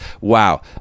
Wow